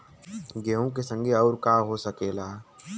गेहूँ के संगे अउर का का हो सकेला?